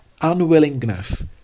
unwillingness